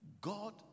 God